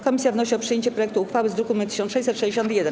Komisja wnosi o przyjęcie projektu uchwały z druku nr 1661.